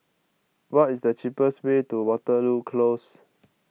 what is the cheapest way to Waterloo Close